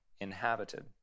inhabited